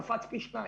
הוא קפץ פי שניים.